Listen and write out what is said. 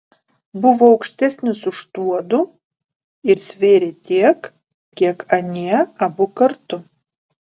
buvo aukštesnis už tuodu ir svėrė tiek kiek anie abu kartu